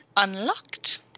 Unlocked